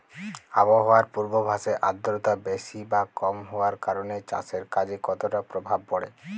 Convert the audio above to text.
আবহাওয়ার পূর্বাভাসে আর্দ্রতা বেশি বা কম হওয়ার কারণে চাষের কাজে কতটা প্রভাব পড়ে?